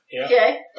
Okay